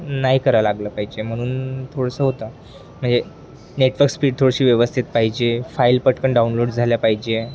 नाही कराय लागलं पाहिजे म्हणून थोडंसं होतं म्हणजे नेटवर्क स्पीड थोडीशी व्यवस्थित पाहिजे फाईल पटकन डाउनलोड झाल्या पाहिजे